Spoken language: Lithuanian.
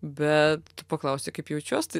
bet tu paklausei kaip jaučiuos tai